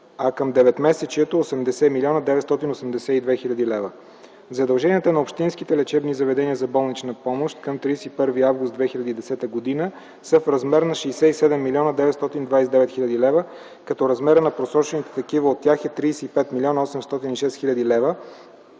а към деветмесечието – 80 млн. 982 хил. лв. Задълженията на общинските лечебни заведения за болнична помощ към 31 август 2010 г. са в размер на 67 млн. 929 хил. лв., като размерът на просрочените такива от тях е 35 млн. 806 хил. лв.,